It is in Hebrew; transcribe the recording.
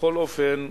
בכל אופן,